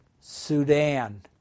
Sudan